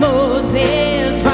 Moses